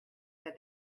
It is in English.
said